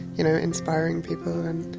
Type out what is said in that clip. you know, inspiring people, and,